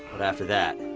but after that,